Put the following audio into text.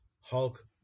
Hulk